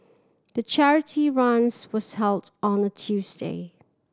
the charity runs was held on a Tuesday